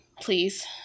Please